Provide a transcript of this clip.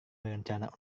berencana